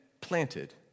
planted